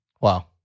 Wow